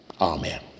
Amen